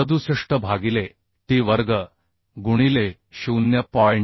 67 भागिले t वर्ग गुणिले 0